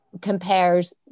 compares